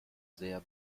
sehr